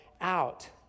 out